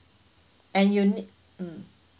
and you nee~ mm